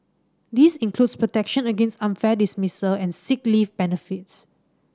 this includes protection against unfair dismissal and sick leave benefits